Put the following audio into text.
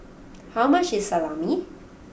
how much is Salami